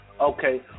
okay